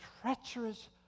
treacherous